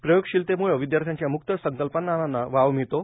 प्रयोगशीलतेमुळं विदयार्थ्यांच्या मुक्त संकल्पनांना वाव मिळतो